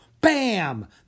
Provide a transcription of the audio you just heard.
Bam